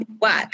work